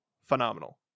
phenomenal